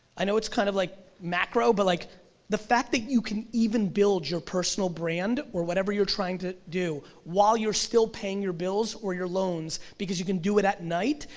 i know it's kind of like macro, but like the fact that you can even build your personal brand or whatever you're trying to do while you're still paying your bills or your loans because you can do it at night,